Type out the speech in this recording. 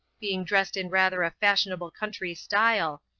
being dressed in rather a fashionable country style,